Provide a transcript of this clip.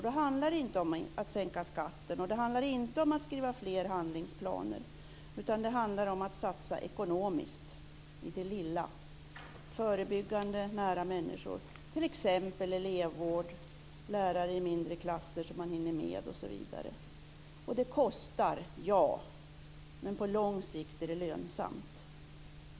Det handlar inte om att sänka skatten och inte om att skriva fler handlingsplaner, utan det handlar om att satsa ekonomiskt i det lilla, på förebyggande insatser nära människor, t.ex. i elevvård, i mindre klasser som lärarna hinner med osv. Detta kostar, men på lång sikt är det lönsamt.